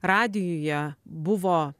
radijuje buvo